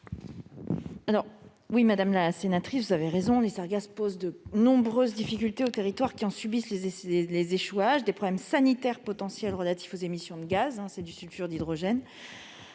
? Madame la sénatrice, vous avez raison, les sargasses posent de nombreuses difficultés aux territoires qui en subissent les échouages. Il y a d'abord des problèmes sanitaires potentiels relatifs aux émissions de gaz ; c'est du sulfure d'hydrogène.